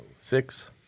six